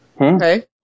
Okay